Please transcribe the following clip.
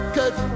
Cause